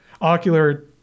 ocular